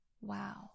Wow